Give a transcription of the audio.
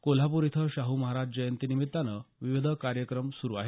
कोल्हापूर इथं शाहू महाराज जयंतीनिमित्त विविध उपक्रम सुरू आहेत